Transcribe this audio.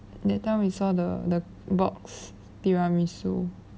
that time we saw the the box tiramisu